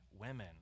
women